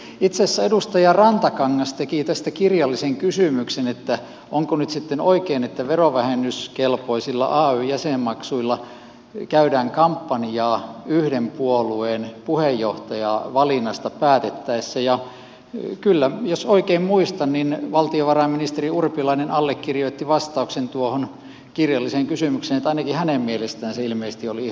itse asiassa edustaja rantakangas teki tästä kirjallisen kysymyksen että onko nyt sitten oikein että verovähennyskelpoisilla ay jäsenmaksuilla käydään kampanjaa yhden puolueen puheenjohtajavalinnasta päätettäessä ja kyllä jos oikein muistan valtiovarainministeri urpilainen allekirjoitti vastauksen tuohon kirjalliseen kysymykseen niin että ainakin hänen mielestään se ilmeisesti oli ihan ok